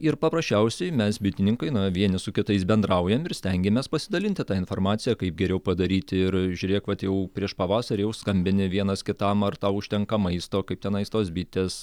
ir paprasčiausiai mes bitininkai vieni su kitais bendraujam ir stengiamės pasidalinti ta informacija kaip geriau padaryti ir žiūrėk vat jau prieš pavasarį jau skambini vienas kitam ar tau užtenka maisto kaip tenais tos bitės